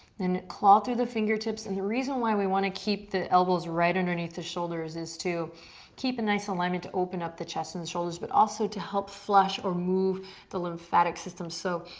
then claw through the fingertips and the reason why we wanna keep the elbows right underneath the shoulders is to keep a nice alignment to open up the chest and shoulders, but also to help flush or move the lymphatic system. so,